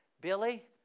Billy